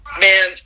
Man